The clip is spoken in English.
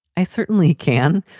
i certainly can.